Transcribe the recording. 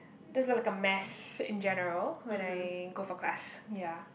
just look like a mess in general when I go for class ya